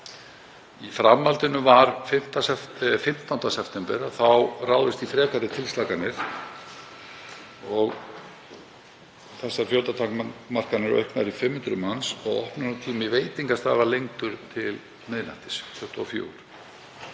Í framhaldinu var 15. september ráðist í frekari tilslakanir og almennar fjöldatakmarkanir rýmkaðar í 500 manns og opnunartími veitingastaða lengdur til miðnættis, 24.